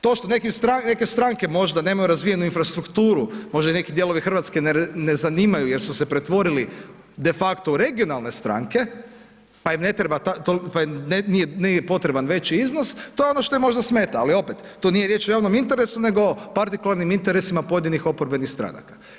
To što neke stranke nemaju možda razvijenu infrastrukturu, možda ih neki dijelovi Hrvatske ne zanimaju jer su se pretvorili defacto u regionalne stranke, pa im ne treba, nije im potreban veći iznos, to je ono što im možda smeta, ali opet to nije riječ o javnom interesu nego partikularnim interesima pojedinih oporbenih stranaka.